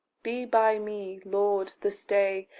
be by me, lord, this day.